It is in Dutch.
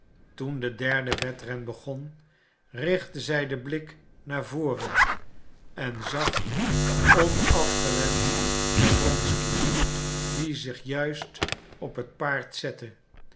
toen de derde wedren begon richtte zij den blik naar voren en zag onafgewend naar wronsky die zich juist op het paard zette